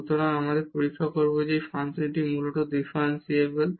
সুতরাং আমরা পরীক্ষা করব যে এই ফাংশনটি মূলত ডিফারেনশিবল